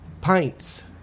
pints